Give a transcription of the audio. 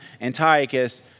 Antiochus